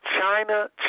China